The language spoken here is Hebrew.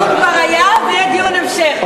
אז הדיון כבר היה, ויהיה דיון המשך.